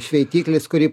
šveitiklis kurį